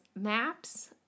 maps